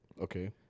Okay